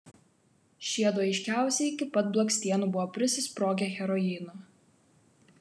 šiedu aiškiausiai iki pat blakstienų buvo prisisprogę heroino